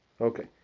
okay